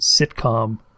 sitcom